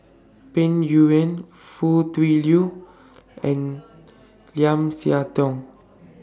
Peng Yuyun Foo Tui Liew and Lim Siah Tong